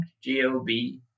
g-o-b